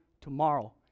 tomorrow